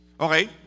okay